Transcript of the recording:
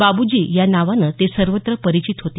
बाब्जी या नावानं ते सर्वत्र परिचित होते